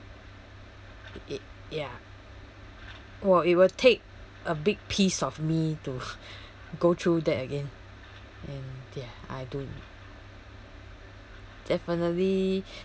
it ya !wah! it will take a big piece of me to go through that again and ya I do definitely